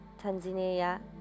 Tanzania